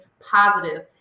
positive